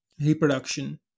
reproduction